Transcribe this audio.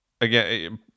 again